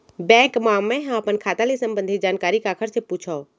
Bank मा मैं ह अपन खाता ले संबंधित जानकारी काखर से पूछव?